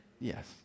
Yes